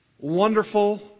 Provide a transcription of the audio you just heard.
wonderful